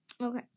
Okay